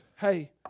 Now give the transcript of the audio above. hey